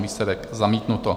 Výsledek: zamítnuto.